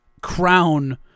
crown